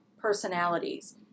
personalities